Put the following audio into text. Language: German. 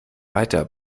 weiter